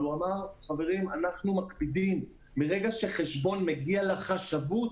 הוא אמר שהם מקפידים שמרגע שחשבון מגיע לחשבות,